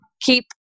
keep